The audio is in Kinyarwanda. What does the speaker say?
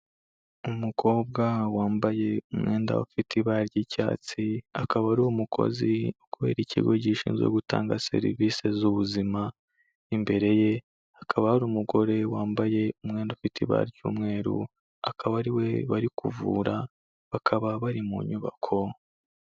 Umukobwa wambaye umwenda ufite ibara ry'icyatsi, akaba ari umukozi ukorera ikigo gishinzwe gutanga serivisi z'ubuzima, imbere ye hakaba hari umugore wambaye umwenda ufite ibara ry'umweru, akaba ari we bari kuvura, bakaba bari mu nyubako.